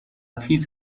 پیت